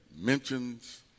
mentions